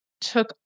took